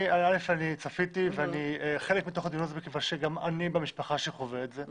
אני צפיתי ואני חלק מתוך הדיון הזה מכיוון שגם אני במשפחה שחווה את זה,